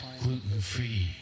gluten-free